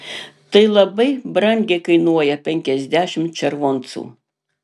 tai labai brangiai kainuoja penkiasdešimt červoncų